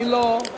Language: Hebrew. אני לא,